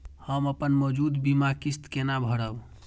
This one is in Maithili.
हम अपन मौजूद बीमा किस्त केना भरब?